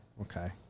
Okay